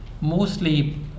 Mostly